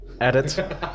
edit